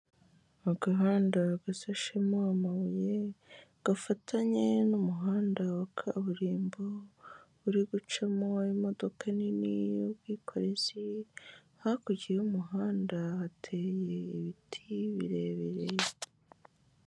Agahanda gasashemo amabuye gafatanye n'umuhanda wa kaburimbo, uri gucamo imodoka nini y'ubwikorezi, hakurya y'umuhanda hateye ibiti birebire.